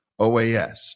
OAS